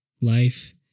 life